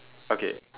okay